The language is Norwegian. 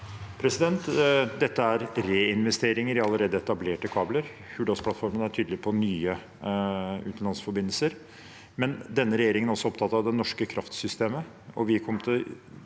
Dette er reinves- teringer i allerede etablerte kabler. Hurdalsplattformen er tydelig på nye utenlandsforbindelser. Men denne regjeringen er også opptatt av det norske kraftsystemet,